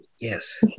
Yes